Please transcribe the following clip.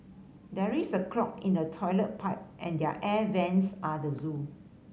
there is a clog in the toilet pipe and there air vents are the zoo